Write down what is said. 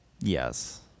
Yes